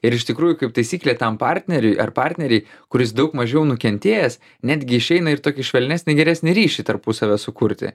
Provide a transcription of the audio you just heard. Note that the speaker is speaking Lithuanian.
ir iš tikrųjų kaip taisyklė tam partneriui ar partnerei kuris daug mažiau nukentėjęs netgi išeina ir tokį švelnesnį geresnį ryšį tarpusavio sukurti